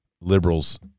liberals